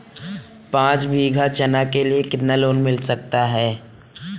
पाँच बीघा चना के लिए कितना लोन मिल सकता है?